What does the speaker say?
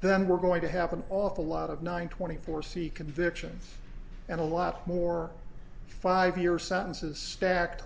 then we're going to happen off a lot of nine twenty four c convictions and a lot more five year sentences stacked